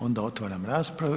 Onda otvaram raspravu.